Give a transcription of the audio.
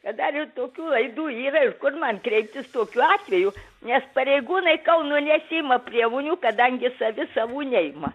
kad dar ir tokių laidų yra ir kur man kreiptis tokiu atveju nes pareigūnai kauno nesiima priemonių kadangi savi savų neima